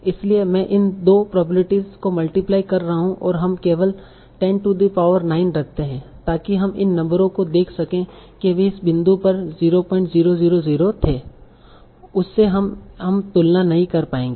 इसलिए मैं इन 2 प्रोबेब्लिटीस को मल्टीप्लाई कर रहा हूं और हम केवल 10 टू द पॉवर 9 रखते है ताकि हम इन नंबरों को देख सकें वे इस बिंदु पर 0000 थे उससे हम हम तुलना नहीं कर पाएंगे